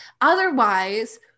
Otherwise